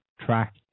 track